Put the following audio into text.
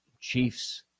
Chiefs